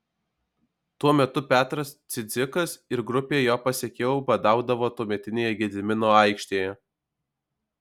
tuo metu petras cidzikas ir grupė jo pasekėjų badaudavo tuometinėje gedimino aikštėje